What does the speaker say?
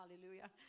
hallelujah